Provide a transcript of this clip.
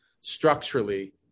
structurally